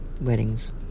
weddings